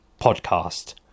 Podcast